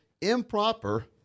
improper